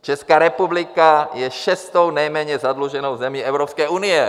Česká republika je šestou nejméně zadluženou zemí Evropské unie.